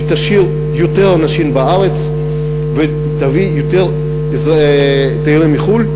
שתשאיר יותר אנשים בארץ ותביא יותר תיירים מחו"ל.